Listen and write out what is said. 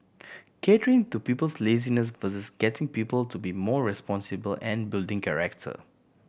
catering to people's laziness versus getting people to be more responsible and building character